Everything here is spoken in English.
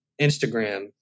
Instagram